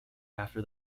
after